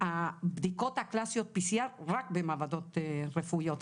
הבדיקות הקלאסיות PCR, רק במעבדות רפואיות.